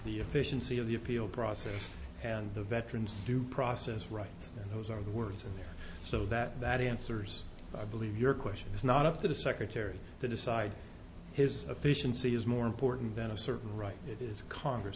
the efficiency of the appeal process and the veterans due process rights those are the words in there so that that answers i believe your question is not up to the secretary to decide his efficiency is more important than a certain right it is congress